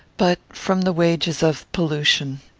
but from the wages of pollution.